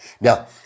Now